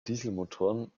dieselmotoren